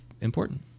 important